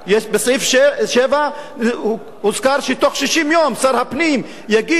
בסעיף 7 הוזכר שבתוך 60 יום שר הפנים יגיש